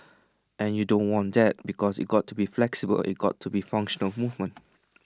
and you don't want that because it's got to be flexible it's got to be functional movement